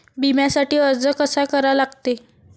बिम्यासाठी अर्ज कसा करा लागते?